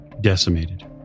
decimated